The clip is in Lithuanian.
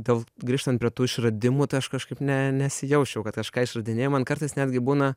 dėl grįžtant prie tų išradimų tai aš kažkaip ne nesijausčiau kad kažką išradinėju man kartais netgi būna